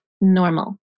normal